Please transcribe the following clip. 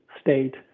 state